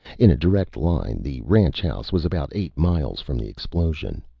in a direct line, the ranch house was about eight miles from the explosion.